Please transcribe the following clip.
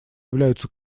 являются